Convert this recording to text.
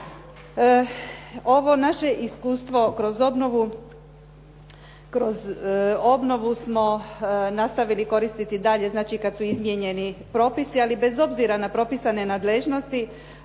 Ovo naše iskustvo kroz obnovu, kroz obnovu smo nastavili koristiti dalje znači kada su izmijenjeni propisi ali bez obzira na propisane nadležnosti